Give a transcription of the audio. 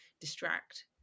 distract